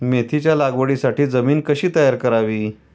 मेथीच्या लागवडीसाठी जमीन कशी तयार करावी?